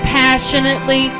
passionately